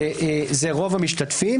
לכך שזה רוב המשתתפים.